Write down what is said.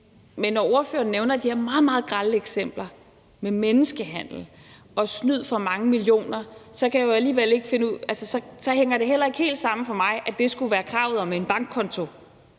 Men når ordføreren nævner de her meget, meget grelle eksempler med menneskehandel og snyd for mange millioner, hænger det ikke helt sammen for mig, at det skulle være kravet om en bankkonto,